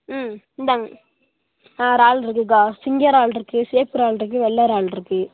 ம் இந்தாங்க ஆ இறால் இருக்குதுக்கா சிங்கி இறால் இருக்குது சேவப்பு இறால் இருக்குது வெள்ளை இறால் இருக்குது